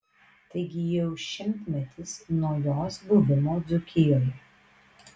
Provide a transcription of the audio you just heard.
taigi jau šimtmetis nuo jos buvimo dzūkijoje